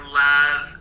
love